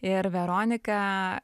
ir veronika